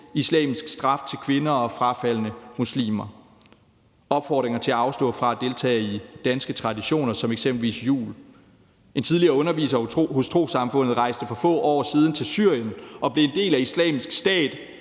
islamisk straf til kvinder og frafaldne muslimer og opfordringer til at afstå fra at deltage i danske traditioner som eksempelvis jul. En tidligere underviser hos trossamfundet rejste for få år siden til Syrien og blev en del af Islamisk Stat,